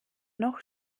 noch